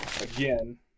Again